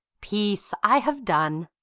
peace, i have done.